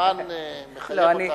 הזמן מחייב אותנו.